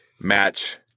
match